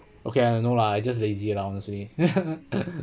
okay lah no lah I just lazy lah honestly